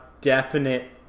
definite